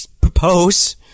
propose